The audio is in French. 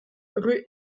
rue